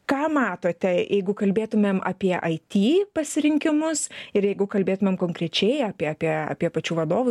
ką matote jeigu kalbėtumėm apie it pasirinkimus ir jeigu kalbėtumėm konkrečiai apie apie apie pačių vadovų